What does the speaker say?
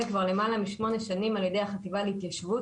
כבר למעלה משמונה שנים על-ידי החטיבה להתיישבות.